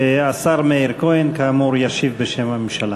השר מאיר כהן, כאמור, ישיב בשם הממשלה.